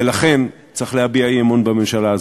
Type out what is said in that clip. ולכן צריך להביע אי-אמון בממשלה הזאת.